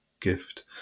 gift